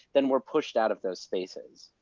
then we're pushed out of those spaces.